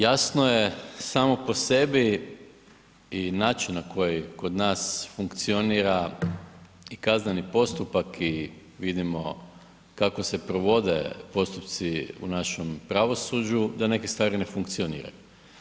Jasno je samo po sebi i način na koji kod nas funkcionira i kazneni postupak i vidimo kako se provode postupci u našem pravosuđu da nek stvari ne funkcioniraju.